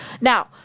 Now